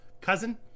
cousin